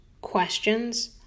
questions